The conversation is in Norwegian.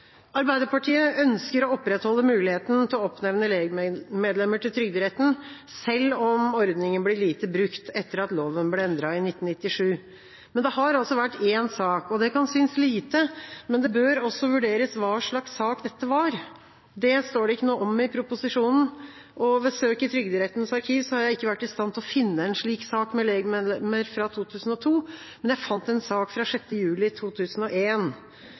Arbeiderpartiet ønsker å opprettholde muligheten til å oppnevne legmedlemmer til Trygderetten, selv om ordninga blir lite brukt etter at loven ble endret i 1997. Men det har altså vært én sak. Det kan synes lite, men det bør også vurderes hva slags sak dette var. Det står det ikke noe om i proposisjonen. Ved søk i Trygderettens arkiv har jeg ikke vært i stand til å finne en slik sak med legmedlemmer fra 2002, men jeg fant en sak fra 6. juli